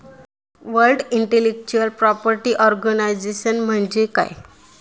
World intellectual property organisation म्हणजे काय?